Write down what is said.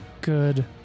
Good